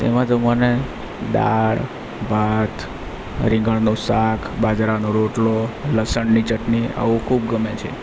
તેમાં તો મને દાળ ભાત રીંગણનું શાખ બાજરાનો રોટલો લસણની ચટણી આવું ખૂબ ગમે છે